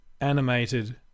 animated